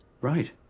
Right